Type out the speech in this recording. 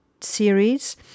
series